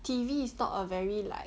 T_V is not a very like